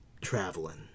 traveling